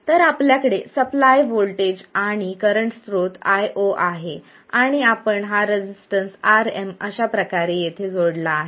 तर आपल्याकडे supply voltage आणि करंट स्त्रोत IO आहे आणि आपण हा रेसिस्टन्स Rm अशा प्रकारे येथे जोडला आहे